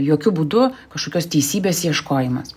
jokiu būdu kažkokios teisybės ieškojimas